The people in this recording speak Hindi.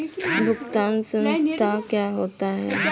भुगतान संसाधित क्या होता है?